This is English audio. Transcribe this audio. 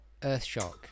Earthshock